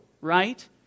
right